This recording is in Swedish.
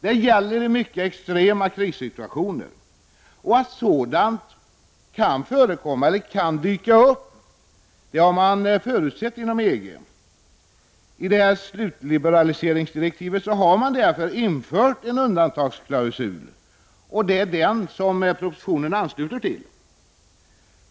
Det här gäller i mycket extrema krissituationer. Att sådana kan bli verklighet har man förutsett inom EG. I EGs slutliberaliseringsdirektiv har man därför infört en undantagsklausul, och det är den som propositionen ansluter sig till.